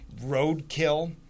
roadkill